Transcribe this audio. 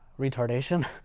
Retardation